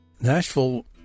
Nashville